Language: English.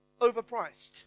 overpriced